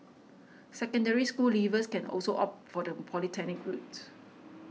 Secondary School leavers can also opt for the polytechnic route